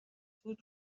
فود